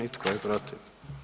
I tko je protiv?